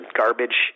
garbage